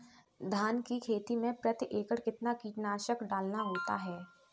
धान की खेती में प्रति एकड़ कितना कीटनाशक डालना होता है?